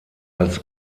als